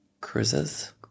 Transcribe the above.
cruises